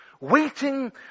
waiting